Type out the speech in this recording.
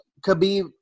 Khabib